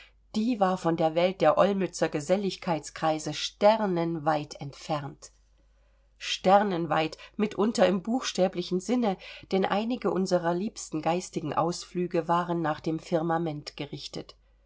die war von der welt der olmützer geselligkeitskreise sternenweit entfernt sternenweit mitunter im buchstäblichen sinne denn einige unserer liebsten geistigen ausflüge waren nach dem firmament gerichtet